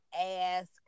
ask